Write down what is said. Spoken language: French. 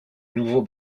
nouveau